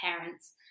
parents